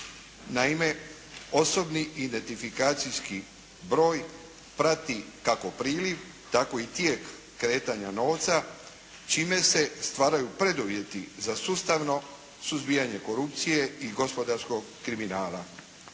Naime, osobni identifikacijski broj prati kako priliv tako i tijek kretanja novca čime se stvaraju preduvjeti za sustavno suzbijanje korupcije i gospodarskog kriminala.